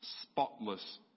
spotless